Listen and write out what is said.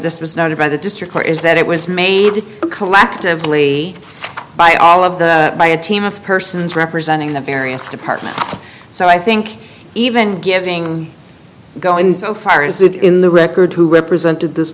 this was noted by the district or is that it was made to collectively by all of the by a team of persons representing the various departments so i think even giving going so far is that in the record who represented this